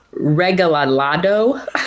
Regalado